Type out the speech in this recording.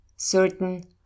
Certain